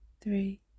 three